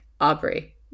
Aubrey